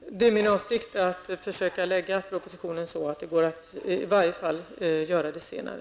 Herr talman! Det är min avsikt att försöka lägga fram propositionen så att det i varje fall blir möjligt att göra det senare.